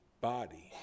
body